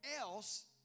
else